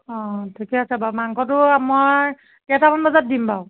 অঁ ঠিকে আছে বাৰু মাংসটো মই কেইটামান বজাত দিম বাৰু